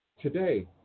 today